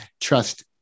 trust